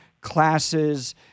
classes